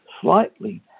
slightly